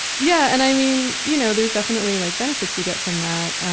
yeah and i mean, you know there's definitely like benefits you get from that.